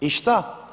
I šta?